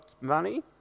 money